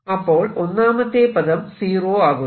അപ്പോൾ ഒന്നാമത്തെ പദം സീറോ ആകുന്നു